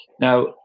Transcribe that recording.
Now